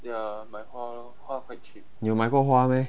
你有买过花 meh